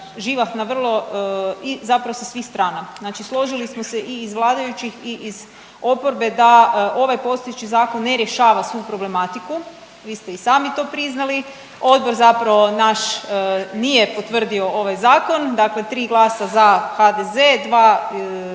živahna vrlo i zapravo sa svih strana. Znači složili smo i iz vladajućih i iz oporbe da ovaj postojeći zakon ne rješava svu problematiku. Vi ste i sami to priznali. Odbor zapravo naš nije potvrdio ovaj zakon, dakle 3 glasa za HDZ, 2